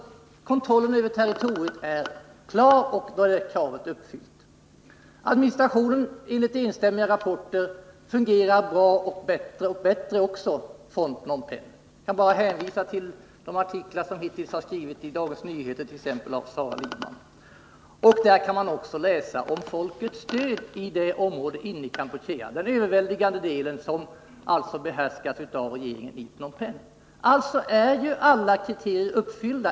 Kontrollen över territoriet är klar och därmed är det kriteriet uppfyllt. Enligt enstämmiga rapporter fungerar också administrationen från Phnom Penh bättre och bättre. Jag kan bara hänvisa till de artiklar som hittills har skrivits it.ex. Dagens Nyheter av Sara Lidman. Där kan man också läsa om folkets stöd i det område i Kampuchea som till överväldigande delen behärskas av regeringen i Phnom Penh. Alltså är alla kriterier uppfyllda.